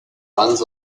runs